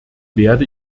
werde